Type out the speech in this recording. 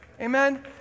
Amen